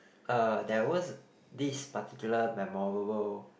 uh there was this particular memorable